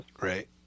Right